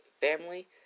family